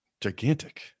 gigantic